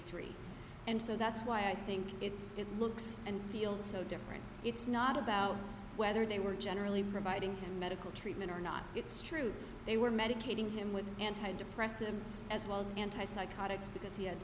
dollars and so that's why i think it's it looks and feels so different it's not about whether they were generally providing him medical treatment or not it's true they were medicating him with antidepressants as well as anti psychotics because he had